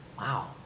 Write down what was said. Wow